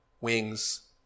wings